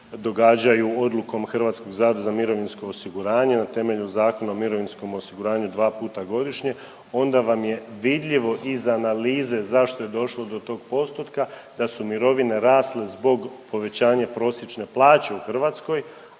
događaju odlukom HZMO-a na temelju Zakona o mirovinskom osiguranju 2 puta godišnje onda vam je vidljivo iz analize zašto je došlo do tog postotka da su mirovine rasle zbog povećanja prosječne plaće u Hrvatskoj,